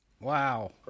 Wow